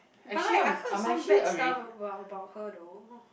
but like I heard some bad stuff about about her though